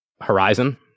horizon